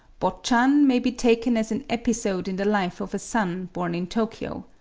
botchan may be taken as an episode in the life of a son born in tokyo,